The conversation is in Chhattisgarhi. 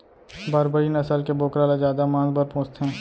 बारबरी नसल के बोकरा ल जादा मांस बर पोसथें